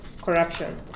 corruption